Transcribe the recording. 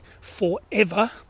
forever